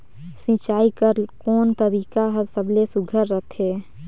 सिंचाई कर कोन तरीका हर सबले सुघ्घर रथे?